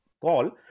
call